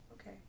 Okay